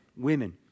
Women